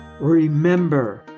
Remember